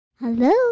Hello